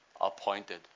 appointed